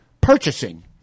purchasing